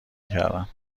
کردم